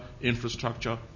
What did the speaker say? infrastructure